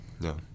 no